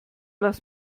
lass